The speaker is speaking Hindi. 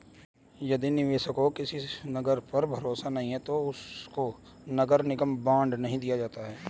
यदि निवेशकों को किसी नगर पर भरोसा नहीं है तो उनको नगर निगम बॉन्ड नहीं दिया जाता है